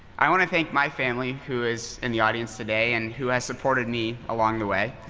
i want to thank my family, who is in the audience today and who has supported me along the way,